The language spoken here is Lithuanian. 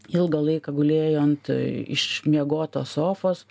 ilgą laiką gulėjo ant išmiegotos sofos